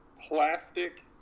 plastic